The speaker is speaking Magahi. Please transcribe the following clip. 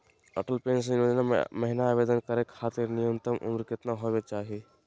अटल पेंसन योजना महिना आवेदन करै खातिर न्युनतम उम्र केतना होवे चाही?